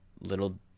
little